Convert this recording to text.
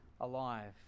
alive